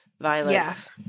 violence